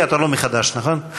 מותר לי לחסוך באחרים?